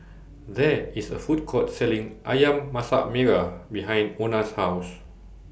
There IS A Food Court Selling Ayam Masak Merah behind Ona's House